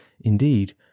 indeed